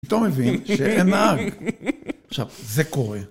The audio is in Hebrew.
פתאום מבין, שאין נהג. עכשיו, זה קורה.